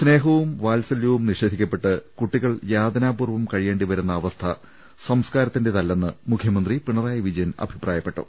സ്നേഹവും വാത്സലൃവും നിഷേധിക്കപ്പെട്ട് കുട്ടികൾ യാതനാ പൂർവ്വം കഴിയേണ്ടിവരുന്ന അവസ്ഥ സംസ്കാരത്തിന്റേതല്ലെന്ന് മുഖ്യമന്ത്രി പിണറായി വിജയൻ അഭിപ്രായപ്പെട്ടു